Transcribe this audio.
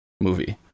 movie